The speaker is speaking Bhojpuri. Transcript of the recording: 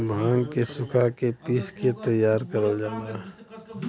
भांग के सुखा के पिस के तैयार करल जाला